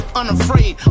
unafraid